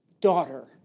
Daughter